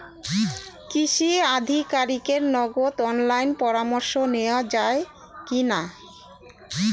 কৃষি আধিকারিকের নগদ অনলাইন পরামর্শ নেওয়া যায় কি না?